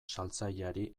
saltzaileari